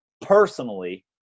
personally